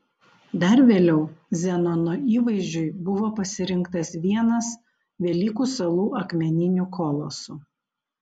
dar vėliau zenono įvaizdžiui buvo pasirinktas vienas velykų salų akmeninių kolosų